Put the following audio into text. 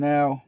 Now